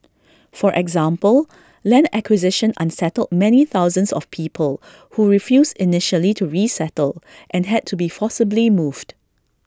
for example land acquisition unsettled many thousands of people who refused initially to resettle and had to be forcibly moved